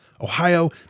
Ohio